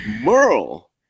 Merle